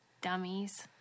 Dummies